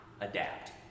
adapt